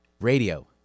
radio